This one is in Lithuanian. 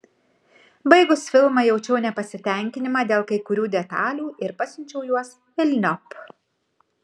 baigus filmą jaučiau nepasitenkinimą dėl kai kurių detalių ir pasiučiau juos velniop